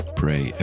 pray